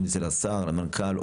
אם זה לשר למנכ"ל,